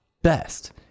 best